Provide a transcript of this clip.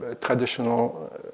traditional